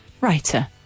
writer